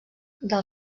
del